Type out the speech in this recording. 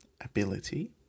ability